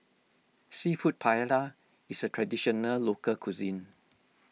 Seafood Paella is a Traditional Local Cuisine